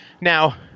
Now